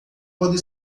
pode